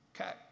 Okay